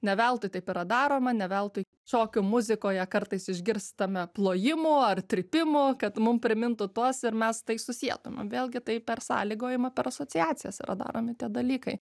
ne veltui taip yra daroma ne veltui šokių muzikoje kartais išgirstame plojimų ar trypimų kad mum primintų tuos ir mes tai susietume vėlgi tai per sąlygojimą per asociacijas yra daromi tie dalykai